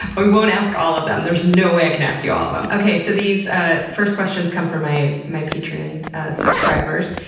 but we won't ask all of them. there's no way i can ask you all of them. okay, so these ah first questions come from a my patreon subscribers.